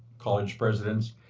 college presidents,